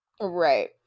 Right